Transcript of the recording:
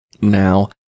Now